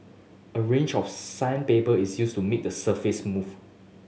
a range of sandpaper is used to make the surface smooth